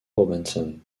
robinson